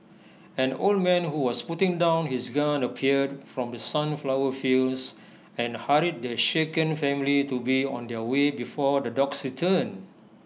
an old man who was putting down his gun appeared from the sunflower fields and hurried the shaken family to be on their way before the dogs return